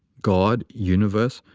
god, universe,